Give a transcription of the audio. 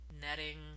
netting